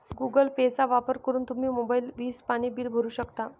Google पेचा वापर करून तुम्ही मोबाईल, वीज, पाणी बिल भरू शकता